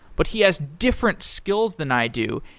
but he has different skills than i do.